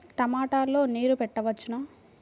టమాట లో నీరు పెట్టవచ్చునా?